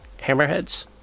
Hammerheads